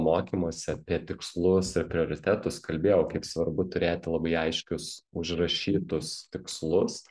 mokymuose apie tikslus ir prioritetus kalbėjau kaip svarbu turėti labai aiškius užrašytus tikslus